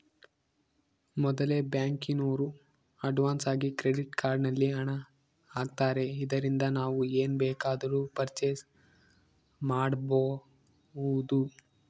ಮೊದಲೆ ಬ್ಯಾಂಕಿನೋರು ಅಡ್ವಾನ್ಸಾಗಿ ಕ್ರೆಡಿಟ್ ಕಾರ್ಡ್ ನಲ್ಲಿ ಹಣ ಆಗ್ತಾರೆ ಇದರಿಂದ ನಾವು ಏನ್ ಬೇಕಾದರೂ ಪರ್ಚೇಸ್ ಮಾಡ್ಬಬೊದು